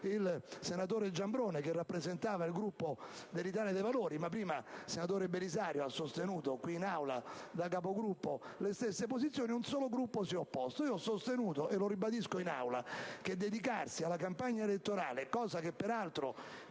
del senatore Giambrone che rappresentava il Gruppo dell'Italia dei Valori (ma poc'anzi il senatore Belisario ha sostenuto qui in Aula come Capogruppo le stesse posizioni, dunque un solo Gruppo si è opposto), e lo ribadisco in Aula, che dedicarsi ad una campagna elettorale (cosa che peraltro